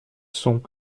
sont